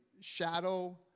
shadow